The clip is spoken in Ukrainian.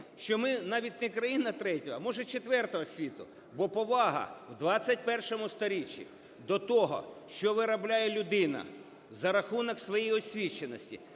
що ми навіть не країна третього, може, четвертого світу, бо повага в ХХІ сторіччі до того, що виробляє людина за рахунок своєї освіченості,